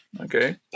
Okay